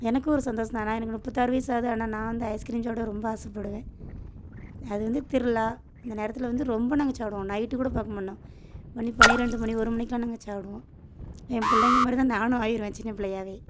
எனக்கு ஒரு சந்தோஷம் தான் நான் எனக்கு முப்பத்தாறு வயதாவுது ஆனால் நான் வந்து ஐஸ் க்ரீம் சாப்பிட ரொம்ப ஆசைப்படுவேன் அது வந்து திருவிழா அந்த நேரத்தில் வந்து ரொம்ப நாங்கள் சாப்பிடுவோம் நைட்டு கூட பார்க்க மாட்டோம் மணி பன்னிரெண்டு மணி ஒரு மணிக்கெல்லாம் நாங்கள் சாப்பிடுவோம் என் பிள்ளைகள் மாதிரிதான் நானும் ஆகிடுவேன் சின்ன பிள்ளையாகவே